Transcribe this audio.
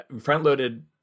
front-loaded